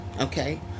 okay